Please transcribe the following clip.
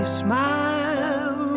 smile